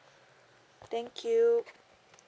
thank you